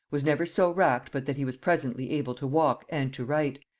was never so racked but that he was presently able to walk and to write,